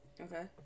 Okay